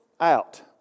out